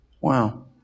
Wow